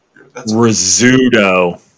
Rizzuto